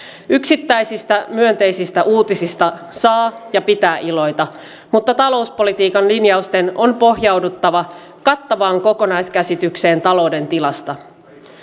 yksittäisistä myönteisistä uutisista saa ja pitää iloita mutta talouspolitiikan linjausten on pohjauduttava kattavaan kokonaiskäsitykseen talouden tilasta